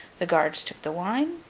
the guards took the wine,